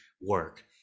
work